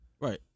Right